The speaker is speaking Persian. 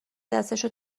دستشو